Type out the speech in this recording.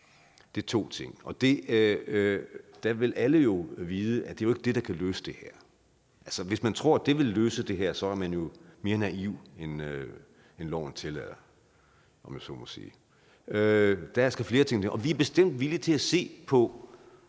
Det er to ting, og alle vil jo vide, at det ikke er det, der kan løse det her. Altså, hvis man tror, at det vil løse det her, så er man mere naiv, end loven tillader, om jeg så må sige. Der skal flere ting til. Og vi er bestemt villige til at se på